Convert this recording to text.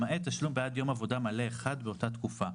למעט תשלום בעד יום עבודה מלא אחד באותה תקופה,